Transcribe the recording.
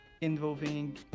involving